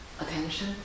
attention